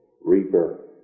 Rebirth